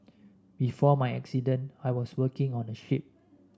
before my accident I was working on a ship